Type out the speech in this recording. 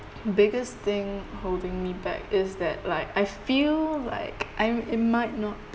biggest thing holding me back is that like I feel like I'm it might not